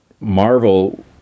Marvel